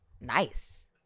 nice